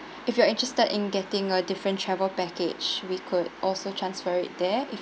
if you are interested in getting a different travel package we could also transfer it there if